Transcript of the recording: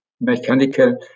mechanical